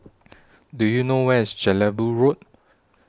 Do YOU know Where IS Jelebu Road